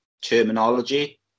terminology